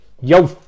yo